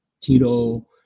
Tito